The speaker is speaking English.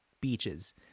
beaches